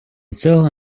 цього